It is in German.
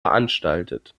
veranstaltet